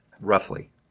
Roughly